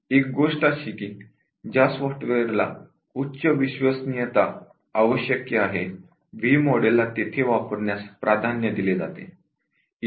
एक गोष्ट अशी की ज्या सॉफ्टवेअरला उच्च रिलायबिलिटी ची आवश्यकता असते तेथे व्ही मॉडेल ला वापरण्यास प्राधान्य दिले जाते